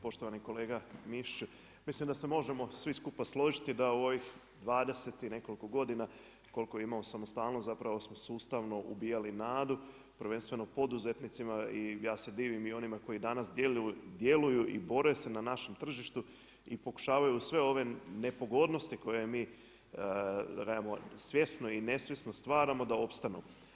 Poštovani kolega Mišiću, mislim da se možemo svi skupa složiti da u ovih 20 i nekoliko godina koliko imamo samostalnost zapravo smo sustavno ubijali nadu, prvenstveno poduzetnicima i ja se divim i onima koji danas djeluju i bore se na našem tržištu i pokušavaju sve ove nepogodnosti koje mi svjesno i nesvjesno stvaramo da opstanu.